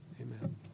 Amen